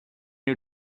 you